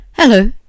Hello